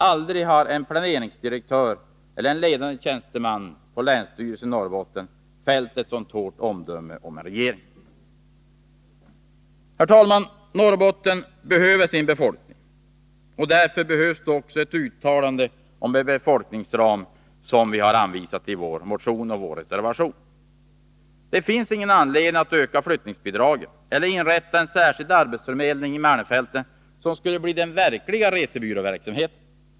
Aldrig tidigare har en planeringsdirektör eller en ledande tjänsteman på länsstyrelsen i Norrbotten fällt ett så hårt omdöme om en regering. Herr talman! Norrbotten behöver sin befolkning. Därför behövs det också ett sådant uttalande om en befolkningsram som vi har anvisat i vår motion och reservation. Det finns ingen anledning att öka flyttningsbidragen eller inrätta en särskild arbetsförmedling i malmfälten, som skulle bli den verkliga resebyrån.